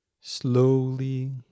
Slowly